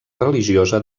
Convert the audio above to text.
religiosa